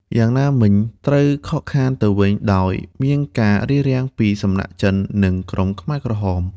យ៉ាងណាមិញ ត្រូវខកខានទៅវិញដោយ មានការរារាំងពីសំណាក់ចិន និងក្រុមខ្មែរក្រហម។